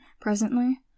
presently